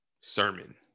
sermon